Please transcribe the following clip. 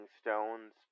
Stones